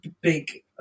big